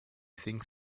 think